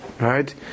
right